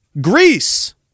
Greece